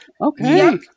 Okay